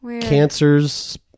Cancers